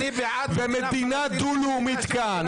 ומדינה דו לאומית כאן.